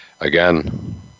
again